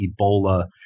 Ebola